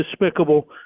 despicable